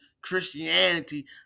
Christianity